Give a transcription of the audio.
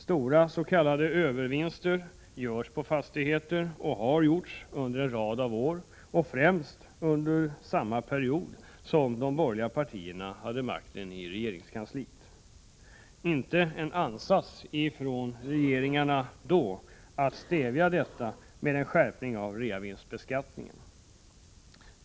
Stora s.k. övervinster görs och har gjorts på fastigheter under en rad år, främst under samma period som de borgerliga partierna haft makten i regeringskansliet. Inte en ansats från de regeringarna att stävja detta med en skärpning av reavinstbeskattningen!